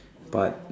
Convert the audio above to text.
but